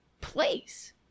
Please